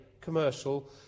commercial